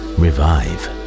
revive